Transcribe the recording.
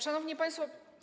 Szanowni Państwo!